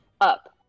up